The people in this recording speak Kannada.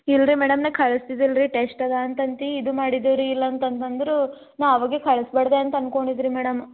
ಇಲ್ರಿ ಮೇಡಮ್ ನಾ ಕಳ್ಸಿ ಇದಿಲ್ಲ ರೀ ಟೆಸ್ಟ್ ಅದಾ ಅಂತಂತ ಇದು ಮಾಡಿದೀವ್ ರೀ ಇಲ್ಲಾಂತ ಅಂತಂದ್ರು ನಾ ಅವಾಗೆ ಕಳ್ಸ ಬಾರ್ದು ಅಂತ ಅನ್ಕೊಂಡಿದ್ದೆ ರೀ ಮೇಡಮ್